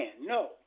no